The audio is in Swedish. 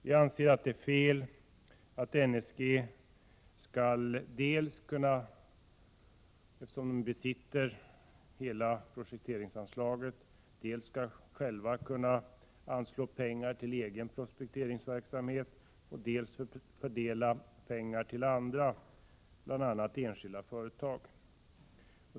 Vi anser nämligen att det är fel att NSG — som besitter hela prospekteringsanslaget — dels skall kunna anslå pengar till egen prospekteringsverksamhet, dels fördelar pengar till andra, bl.a. till enskilda företag.